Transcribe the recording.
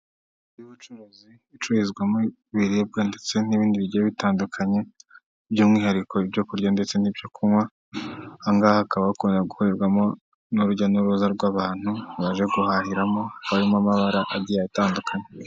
Inyubako y'ubucuruzi icururizwamo ibiribwa ndetse n'ibindi bigiye bitandukanye by'umwihariko ibyo kurya ndetse n'ibyo kunywa, ahangaha hakaba hakunda gukorerwamo n'urujya n'uruza rw'abantu baje guhahiramo barimo amabara agiye atandukanye.